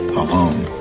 alone